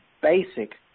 basic